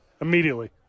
immediately